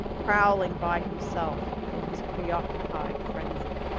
prowling by himself in his preoccupied frenzy.